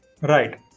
Right